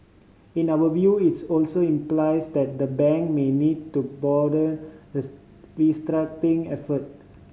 in our view it also implies that the bank may need to broaden the restructuring effort